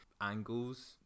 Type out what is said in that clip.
angles